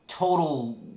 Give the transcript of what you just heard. Total